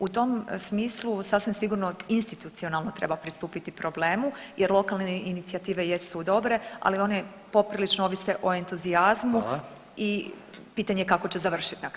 U tom smislu sasvim sigurno institucionalno treba pristupit problemu jer lokalne inicijative jesu dobre, ali one poprilično ovise o entuzijazmu [[Upadica Reiner: Hvala.]] i pitanje kako će završit na kraju.